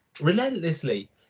relentlessly